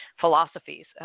philosophies